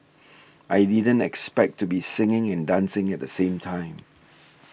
I didn't expect to be singing and dancing at the same time